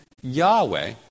Yahweh